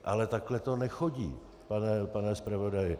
Ale takhle to nechodí, pane zpravodaji.